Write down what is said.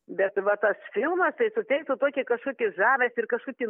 bet va tas filmas tai suteiktų tokį kažkokį žavesį ir kažkokį